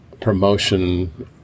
promotion